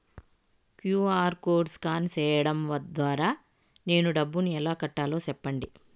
QR code scan సేయడం ద్వారా నేను డబ్బును ఎలా కట్టాలో సెప్పండి?